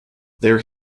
there